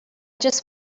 just